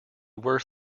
worth